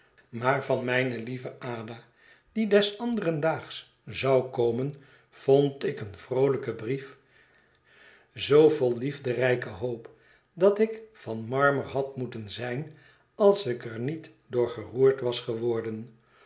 maar van mijne lieve ada die des anderen daags zou komen vond ik een vroolijken brief zoo vol liefderijke hoop dat ik van marmer had moeten zijn als ik er niet door geroerd was geworden